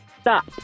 stop